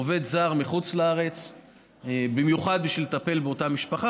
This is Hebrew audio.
עובד זר מחוץ-לארץ במיוחד בשביל לטפל באותה משפחה,